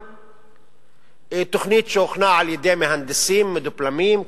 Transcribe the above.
התוכנית הוכנה על-ידי מהנדסים מדופלמים,